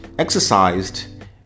exercised